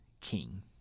king